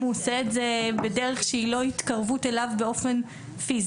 אם הוא עושה את זה בדרך שהיא לא התקרבות אליו באופן פיזי,